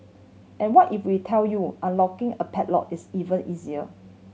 and what if we tell you unlocking a padlock is even easier